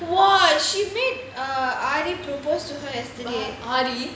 !wah! she made uh aari propose to her yesterday